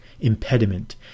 impediment